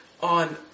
on